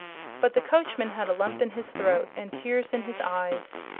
but the coachman had a lump in his throat and tears in his eyes.